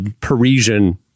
Parisian